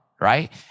right